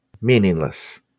meaningless